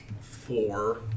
Four